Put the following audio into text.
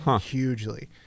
hugely